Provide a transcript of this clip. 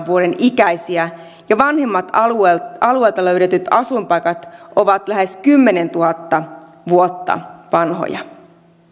vuoden ikäisiä ja vanhimmat alueelta löydetyt asuinpaikat ovat lähes kymmenentuhatta vuotta vanhoja